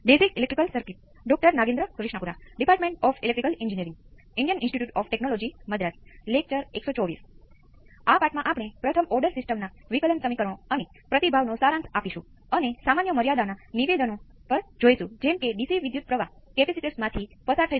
તે તારણ આપે છે કે સાઇનુંસોઇડલ શોધવાની એક વધુ ભવ્ય રીત છે આપણે એક્સ્પોનેંસિયલ s t નો ઉકેલ જાણીએ છીએ અને આપણે એ પણ જાણીએ છીએ કે આ રેખીય સર્કિટ છે જે આપેલું છે